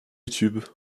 youtube